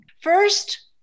First